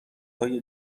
های